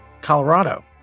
Colorado